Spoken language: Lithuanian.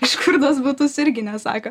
iš kur tuos butus irgi nesako